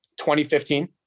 2015